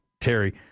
Terry